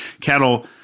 cattle